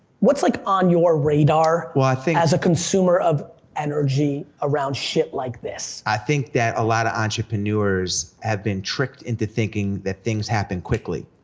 what's like on your radar well, i think as a consumer of energy around shit like this? i think that a lot of entrepreneurs have been tricked into thinking that things happen quickly.